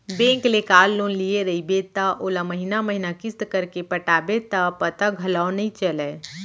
bank ले car loan लिये रइबे त ओला महिना महिना किस्त करके पटाबे त पता घलौक नइ चलय